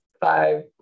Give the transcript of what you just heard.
five